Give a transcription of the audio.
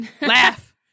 Laugh